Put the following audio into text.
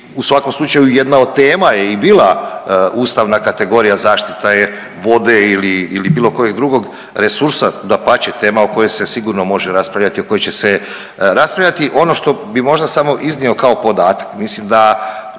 u svakom slučaju jedna od tema je i bila ustavna kategorija zaštita je vode ili bilo kojeg drugog resursa dapače tema o kojoj se sigurno može raspravljati, o kojoj raspravljati. Ono što bi možda samo iznio kao podatak, mislim da